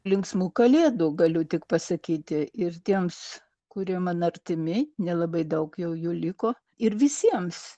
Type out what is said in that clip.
linksmų kalėdų galiu tik pasakyti ir tiems kurie man artimi nelabai daug jau jų liko ir visiems